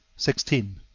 sixteen.